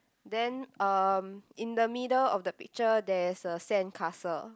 then um in the middle of the picture there's a sandcastle